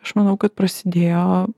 aš manau kad prasidėjo